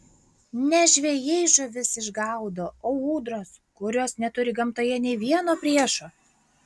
ne žvejai žuvis išgaudo o ūdros kurios neturi gamtoje nė vieno priešo